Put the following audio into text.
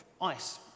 ice